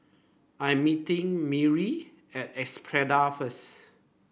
I am meeting Maury at Espada first